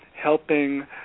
helping